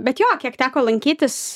bet jo kiek teko lankytis